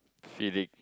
kidding